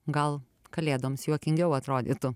gal kalėdoms juokingiau atrodytų